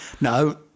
No